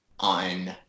On